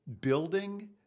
building